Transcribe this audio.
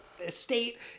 estate